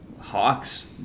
Hawks